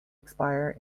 expire